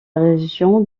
région